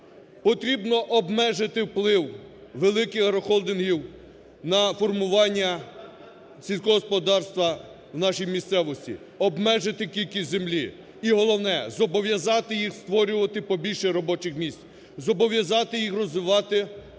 Потрібно обмежити вплив великих агрохолдингів на формування сільського господарства в нашій місцевості, обмежити кількість землі. І, головне, зобов'язати їх створювати побільше робочих місць, зобов'язати їх розвивати